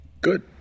good